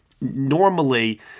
Normally